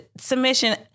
submission